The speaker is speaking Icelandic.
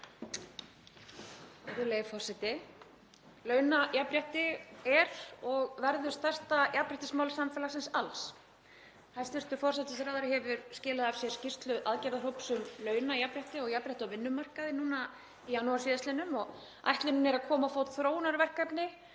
Virðulegi forseti. Launajafnrétti er og verður stærsta jafnréttismál samfélagsins alls. Hæstv. forsætisráðherra hefur skilað af sér skýrslu aðgerðahóps um launajafnrétti og jafnrétti á vinnumarkaði núna í janúar síðastliðnum og ætlunin er að koma á fót þróunarverkefni